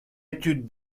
études